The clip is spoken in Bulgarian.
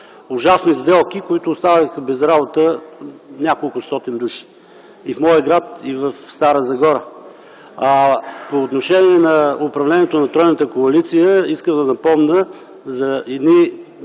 ужасни сделки, които оставиха без работа няколкостотин души и в моя град, и в Стара Загора. По отношение управлението на тройната коалиция искам да напомня едни